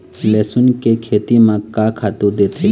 लेसुन के खेती म का खातू देथे?